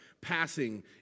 passing